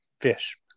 fish